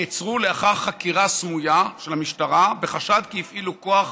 נעצרו לאחר חקירה סמויה של המשטרה בחשד כי הפעילו כוח